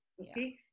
Okay